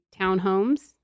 townhomes